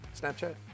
Snapchat